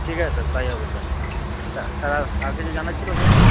ঠিক আছে স্যার তাই হবে স্যার হ্যাঁ আর কিছু জানার ছিল স্যার